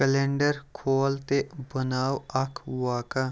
calendar کھول تہٕ بناو اکھ واقع